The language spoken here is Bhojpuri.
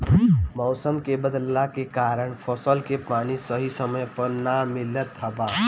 मउसम के बदलला के कारण फसल के पानी सही समय पर ना मिलत बा